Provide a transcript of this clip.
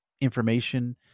information